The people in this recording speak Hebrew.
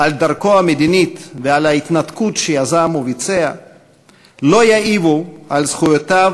על דרכו המדינית ועל ההתנתקות שיזם וביצע לא יעיבו על זכויותיו